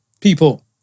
people